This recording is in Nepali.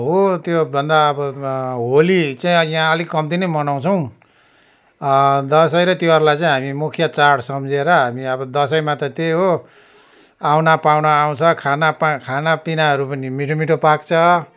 हो त्योभन्दा अब होली चाहिँ यहाँ अलिक कम्ती नै मनाउँछौँ दसैँ र तिहारलाई चाहिँ हामी मुख्य चाँड सम्झिएर हामी अब दसैँमा त त्यही हो आउना पाहुना आउँछ खाना पा खाना पिनाहरू पनि मिठो मिठो पाक्छ